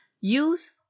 Use